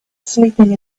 sleeping